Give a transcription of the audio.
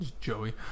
joey